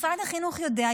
משרד החינוך יודע,